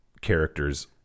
character's